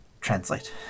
translate